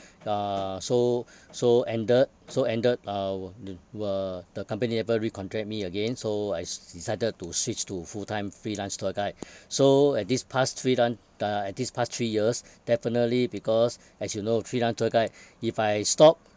uh so so ended so ended our the were the company never re-contract me again so I swi~ decided to switch to full time freelance tour guide so at this past three run uh at this past three years definitely because as you know freelance tour guide if I stop